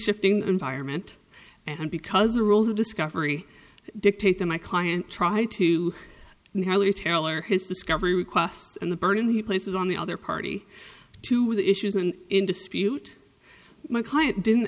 shifting environment and because the rules of discovery dictate that my client try to tailor his discovery requests and the burden he places on the other party to the issue isn't in dispute my client didn't